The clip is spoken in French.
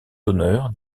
d’honneur